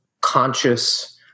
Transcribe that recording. conscious